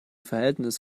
verhältnis